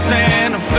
Santa